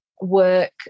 work